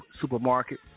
supermarket